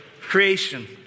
creation